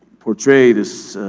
portray this